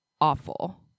awful